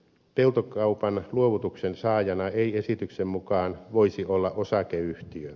peltokaupan luovutuksen saajana ei esityksen mukaan voisi olla osakeyhtiö